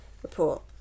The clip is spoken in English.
Report